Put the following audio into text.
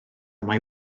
mae